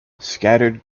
scattered